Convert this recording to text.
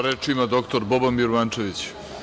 Reč ima dr Boban Birmančević.